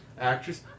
actress